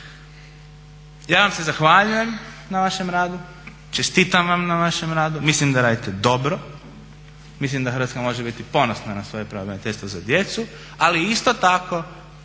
Ja vam se zahvaljujem na vašem radu, čestitam vam na vašem radu, mislim da radite dobro, mislim da Hrvatska može biti ponosna na svoje pravobraniteljstvo za djecu ali isto tako